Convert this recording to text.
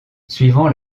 suivant